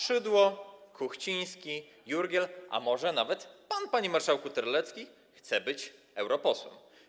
Szydło, Kuchciński, Jurgiel, a może nawet pan, panie marszałku Terlecki, chce być europosłem.